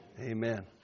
Amen